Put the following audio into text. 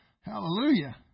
Hallelujah